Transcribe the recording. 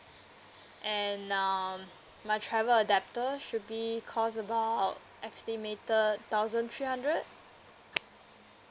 and um my travel adapter should be cost about estimated thousand three hundred